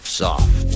soft